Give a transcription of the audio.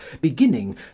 beginning